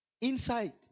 inside